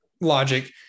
logic